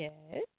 Yes